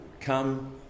come